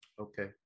Okay